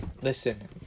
Listen